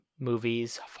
movies